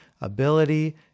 ability